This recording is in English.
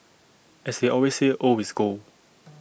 as they always say old is gold